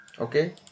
okay